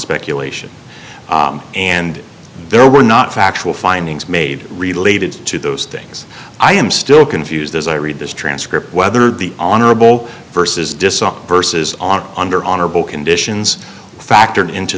speculation and there were not factual findings made related to those things i am still confused as i read this transcript whether the honorable vs disciple versus our under honorable conditions factored into